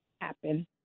happen